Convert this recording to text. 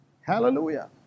Hallelujah